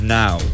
now